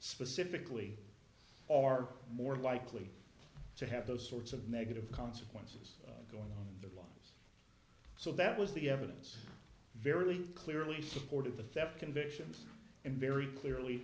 specifically are more likely to have those sorts of negative consequences going on the line so that was the evidence very clearly supported the theft convictions and very clearly